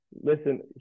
listen